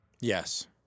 Yes